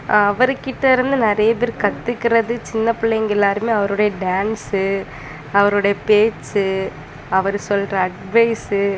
அவருக்கிட்ட இருந்து நிறைய பேர் கற்றுக்கிறது சின்ன பிள்ளைங்க எல்லாருமே அவருடைய டான்ஸு அவருடைய பேச்சு அவர் சொல்கிற அட்வைஸு